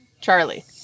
charlie